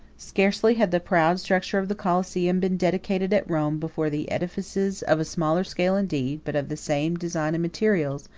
scarcely had the proud structure of the coliseum been dedicated at rome, before the edifices, of a smaller scale indeed, but of the same design and materials,